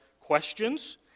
questions